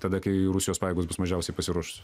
tada kai rusijos pajėgos bus mažiausiai pasiruošusios